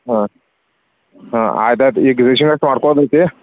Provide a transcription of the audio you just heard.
ಹಾಂ ಹಾಂ ಆಯ್ತು ಆಯ್ತು ಈಗ ಗ್ರೀಶಿಂಗ್ ನಟ್ ನೋಡ್ಕೊಡ್ಬೇಕು ರೀ